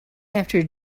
after